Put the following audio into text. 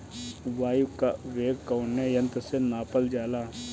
वायु क वेग कवने यंत्र से नापल जाला?